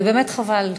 ובאמת חבל,